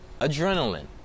adrenaline